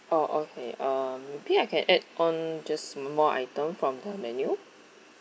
oh okay uh maybe I can add on just more items from the menu